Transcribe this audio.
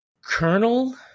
colonel